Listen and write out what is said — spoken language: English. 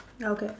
okay